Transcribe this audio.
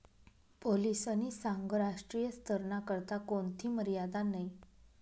पोलीसनी सांगं राष्ट्रीय स्तरना करता कोणथी मर्यादा नयी